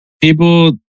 people